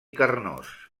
carnós